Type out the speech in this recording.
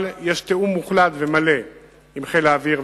אבל יש תיאום מוחלט ומלא עם חיל האוויר,